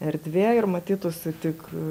erdvė ir matytųsi tik